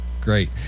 Great